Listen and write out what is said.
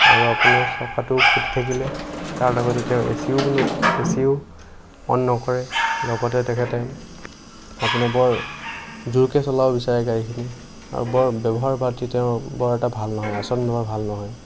আৰু আপোনাৰ চকাটোও ফুটি থাকিলে তাৰ লগতে তেওঁ এ চি ও এ চি ও অন নকৰে লগতে তেখেতে আপোনাৰ বৰ জোৰকৈ চলাব বিচাৰে গাড়ীখিনি আৰু বৰ ব্যৱহাৰ পাতি তেওঁৰ বৰ এটা ভাল নহয় আচৰণ বৰ ভাল নহয়